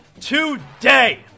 today